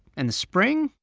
and the spring.